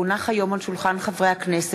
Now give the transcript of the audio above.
כי הונחו היום על שולחן הכנסת,